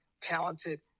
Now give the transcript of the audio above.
talented